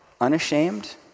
Unashamed